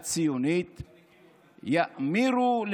הציונים יאמירו,